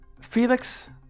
felix